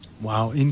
Wow